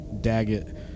Daggett